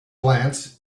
glance